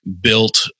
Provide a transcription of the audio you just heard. built